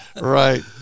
Right